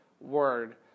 word